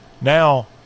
now